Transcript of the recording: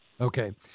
Okay